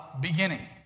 beginning